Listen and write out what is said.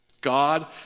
God